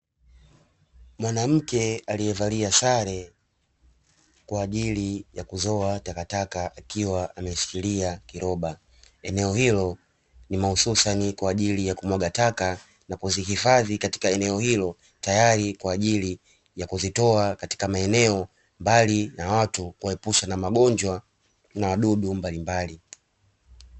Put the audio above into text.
Mwanamke aliyevalia sare kwa ajili ya kuzoa takataka akiwa ameshikilia kiroba, eneo hilo ni mahususani kwa ajili ya kumwaga taka na kuzihifadhi katika eneo hilo tayari kwa ajili ya kuzitoa katika maeneo mbali na watu kuwaepusha na magonjwa na wadudu mbalimbali.